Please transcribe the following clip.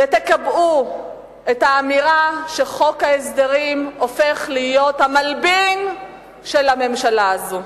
תקבעו את האמירה שחוק ההסדרים הופך להיות המלבין של הממשלה הזאת.